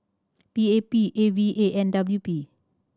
P A P A V A and W P